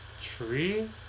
tree